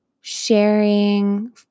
sharing